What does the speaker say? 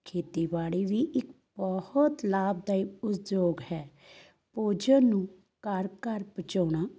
ਖੇਤੀਬਾੜੀ ਵੀ ਇੱਕ ਬਹੁਤ ਲਾਭਦਾਇਕ ਉਦਯੋਗ ਹੈ ਭੋਜਨ ਨੂੰ ਘਰ ਘਰ ਪਹੁੰਚਾਉਣਾ